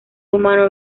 humano